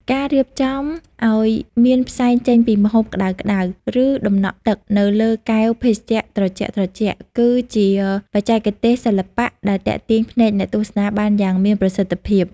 ការរៀបចំឱ្យមានផ្សែងចេញពីម្ហូបក្តៅៗ ឬតំណក់ទឹកនៅលើកែវភេសជ្ជៈត្រជាក់ៗ គឺជាបច្ចេកទេសសិល្បៈដែលទាក់ទាញភ្នែកអ្នកទស្សនាបានយ៉ាងមានប្រសិទ្ធភាព។